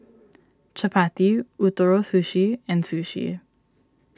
Chapati Ootoro Sushi and Sushi